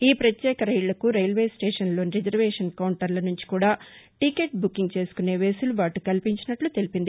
ఈ ప్రత్యేక రైళ్లకు రైల్వేస్టేషన్లలోని రిజర్వేషన్ కౌంటర్ల నుంచి కూడా టికెట్ బుకింగ్ చేసుకునే వెసులుబాటు కల్పించినట్లు తెలిపింది